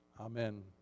Amen